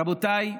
רבותיי,